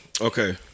Okay